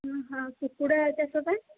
ହଁ ହଁ ଆଉ କୁକୁଡ଼ା ଚାଷ ପାଇଁ